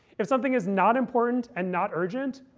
if something is not important and not urgent,